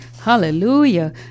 Hallelujah